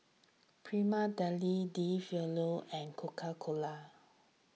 Prima Deli De Fabio and Coca Cola